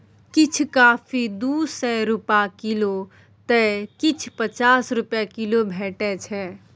किछ कॉफी दु सय रुपा किलौ तए किछ पचास रुपा किलो भेटै छै